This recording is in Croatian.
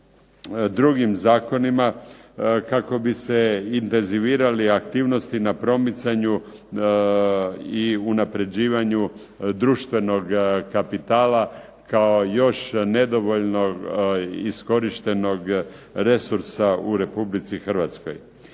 drugim zakonima, kako bi se intenzivirale aktivnosti na promicanju i unapređivanju društvenog kapitala kao još nedovoljno iskorištenog resursa u Republici Hrvatskoj.